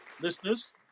listeners